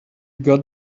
got